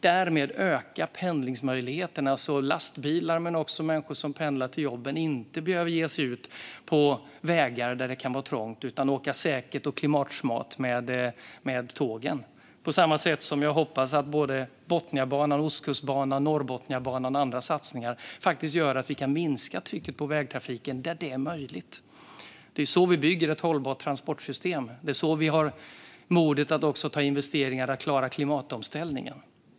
Därmed ökar pendlingsmöjligheterna så att lastbilar men också människor som pendlar till jobben inte behöver ge sig ut på vägar där det kan vara trångt. Man kan i stället åka säkert och klimatsmart med tågen. På samma sätt hoppas jag att Botniabanan, Ostkustbanan, Norrbotniabanan och andra satsningar faktiskt gör att vi kan minska trycket på vägtrafiken där det är möjligt. Det är så vi bygger ett hållbart transportsystem, och det är så vi har modet att göra investeringar för att klara klimatomställningen.